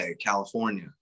California